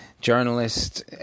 journalist